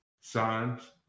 Signs